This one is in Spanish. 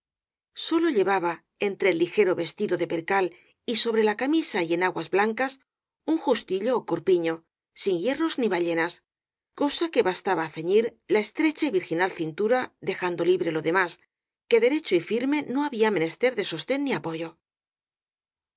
sólo llevaba entre el ligero vestido de percal y sobre la camisa y enaguas blancas un jus tillo ó corpiño sin hierros ni ballenas cosa que bastaba á ceñir la estrecha y virginal cintura de jando libre lo demás que derecho y firme no h a bía menester de sostén ni apoyo